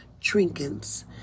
trinkets